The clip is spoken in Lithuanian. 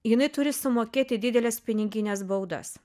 jinai turi sumokėti dideles pinigines baudas